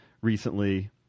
recently